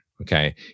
Okay